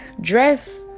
Dress